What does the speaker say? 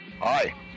Hi